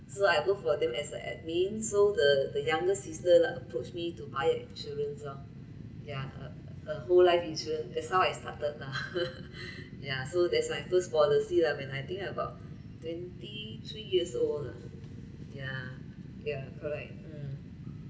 so I worked for them as a admin so the the younger sister like approached me to buy insurance loh ya a whole life in insurance that's how I started lah yah so that's my first policy lah when I think I'm about twenty three years old lah yeah yeah correct mm